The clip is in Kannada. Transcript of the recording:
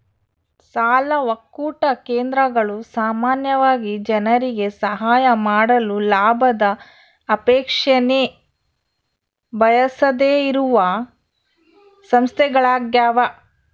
ಸಾಲ ಒಕ್ಕೂಟ ಕೇಂದ್ರಗಳು ಸಾಮಾನ್ಯವಾಗಿ ಜನರಿಗೆ ಸಹಾಯ ಮಾಡಲು ಲಾಭದ ಅಪೇಕ್ಷೆನ ಬಯಸದೆಯಿರುವ ಸಂಸ್ಥೆಗಳ್ಯಾಗವ